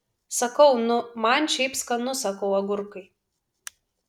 sakau nu man šiaip skanu sakau agurkai